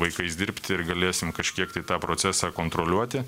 vaikais dirbti ir galėsim kažkiek tai tą procesą kontroliuoti